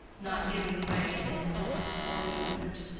not giving way in look or movement.